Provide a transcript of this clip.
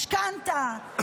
משכנתה,